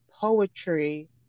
poetry